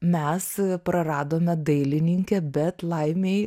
mes praradome dailininkę bet laimei